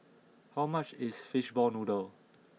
how much is Fishball Noodle